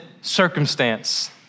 circumstance